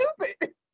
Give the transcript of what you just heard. stupid